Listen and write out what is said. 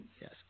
Yes